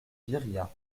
viriat